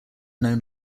known